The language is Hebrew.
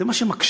זה מה שמקשה.